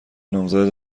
نامزد